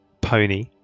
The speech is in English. pony